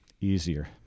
Easier